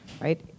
right